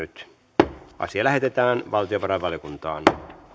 että asia lähetetään valtiovarainvaliokuntaan